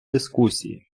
дискусії